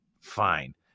Fine